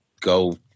go